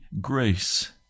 grace